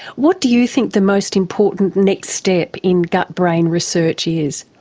what do you think the most important next step in gut-brain research is?